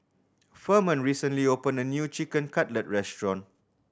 Ferman recently opened a new Chicken Cutlet Restaurant